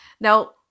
Now